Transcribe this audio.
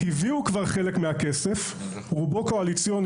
כי הביאו כבר חלק מהכסף, רובו קואליציוני.